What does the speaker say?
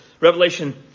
Revelation